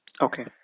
Okay